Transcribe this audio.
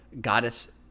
goddess